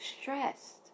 stressed